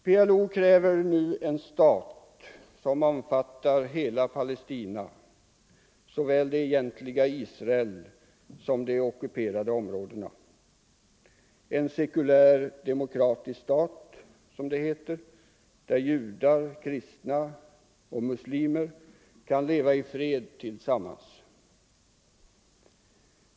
PLO kräver nu en stat som omfattar hela Palestina — såväl det egentliga Israel som de ockuperade områdena — en sekulär demokratisk stat, som det heter, där judar, kristna och muslimer kan leva i fred tillsammans.